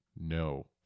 no